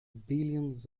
billions